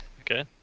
Okay